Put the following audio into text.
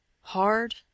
hard